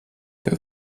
tev